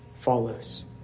follows